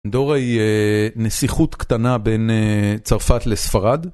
דורא היא נסיכות קטנה בין צרפת לספרד.